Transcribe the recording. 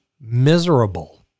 miserable